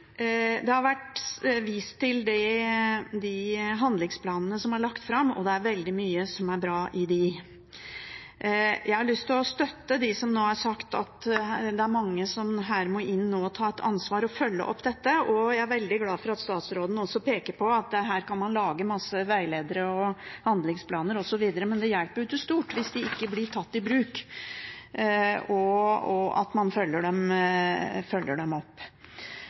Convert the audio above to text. Det har vært vist til handlingsplanene som er lagt fram, og det er veldig mye som er bra i dem. Jeg har lyst å støtte dem som nå har sagt at det er mange her som nå må inn og ta et ansvar og følge opp dette, og jeg er veldig glad for at statsråden også peker på at man her kan lage mange veiledere, handlingsplaner osv., men det hjelper ikke stort hvis de ikke blir tatt i bruk og ikke følges opp. Derfor skal jeg nå bruke tida mi mest til å snakke om exit-arbeid, for jeg mener at